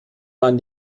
waren